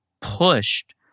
pushed